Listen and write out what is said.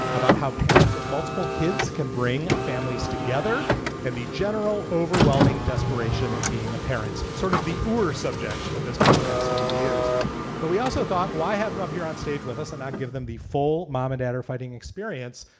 about how parents of multiple kids can bring families together and the general overwhelming desperation of being a parent's sort of the horror subject of this podcast over the years but we also thought why have come up here on stage with us and not give them be full mom or and dad or fighting experience.